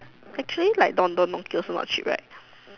actually like Don-Don-Donki also not cheap right